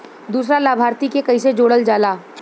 दूसरा लाभार्थी के कैसे जोड़ल जाला?